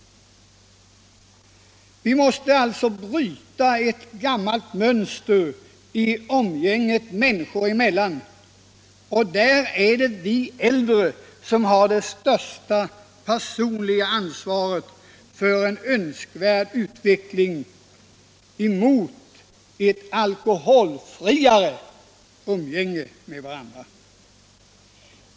Vi måste alltså bryta ett gammalt mönster i umgänget människor emellan, och där är det vi äldre som har det största personliga ansvaret för en önskvärd utveckling mot ett alkoholfriare umgänge.